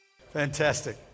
Fantastic